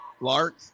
Lark